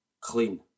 Clean